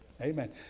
Amen